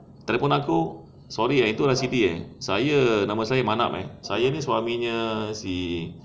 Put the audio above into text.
telefon aku sorry eh itu siti eh saya nama saya manap saya ni suami nya si